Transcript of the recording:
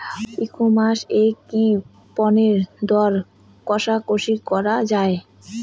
ই commerce এ কি পণ্যের দর কশাকশি করা য়ায়?